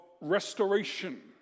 restoration